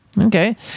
Okay